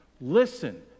Listen